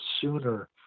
sooner